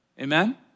Amen